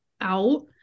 out